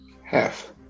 Half